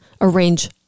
arrange